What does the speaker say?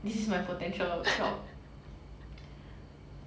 this is my potential job